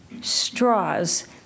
straws